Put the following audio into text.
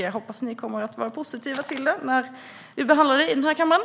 Jag hoppas att ni kommer att vara positiva när förslaget snart ska behandlas i kammaren.